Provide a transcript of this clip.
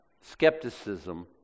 skepticism